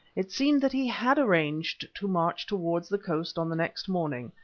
it seemed that he had arranged to march towards the coast on the next morning,